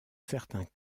certains